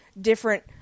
different